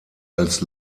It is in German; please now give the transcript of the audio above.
als